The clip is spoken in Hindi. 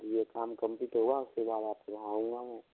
यह काम कंप्लीट होगा उसके बाद आपके घर आऊंगा मैं